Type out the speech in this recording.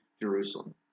jerusalem